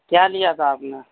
کیا لیا تھا آپ نے